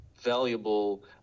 valuable